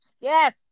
Yes